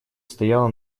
стояла